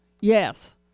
Yes